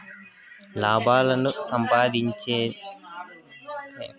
లాభాలను సంపాదిన్చేకి మాత్రమే పండించిన పంటలను నగదు పంటలు అంటారు